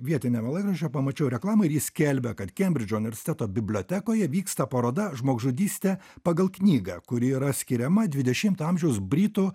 vietiniame laikraštyje pamačiau reklamą ir ji skelbė kad kembridžo universiteto bibliotekoje vyksta paroda žmogžudystė pagal knygą kuri yra skiriama dvidešimto amžiaus britų